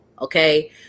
Okay